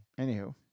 Anywho